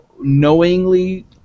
knowingly